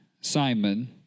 Simon